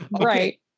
right